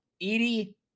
Edie